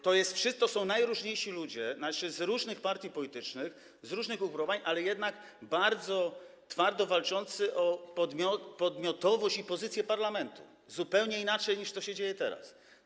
To są najróżniejsi ludzie, z różnych partii politycznych, z różnych ugrupowań, ale jednak bardzo twardo walczący o podmiotowość i pozycję parlamentu, zupełnie inaczej niż to się dzieje teraz.